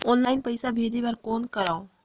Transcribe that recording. Online पईसा भेजे बर कौन करव?